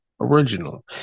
original